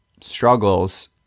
struggles